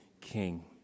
king